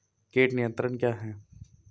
कीट नियंत्रण क्या है?